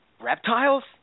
reptiles